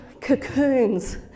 cocoons